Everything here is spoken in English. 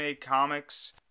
comics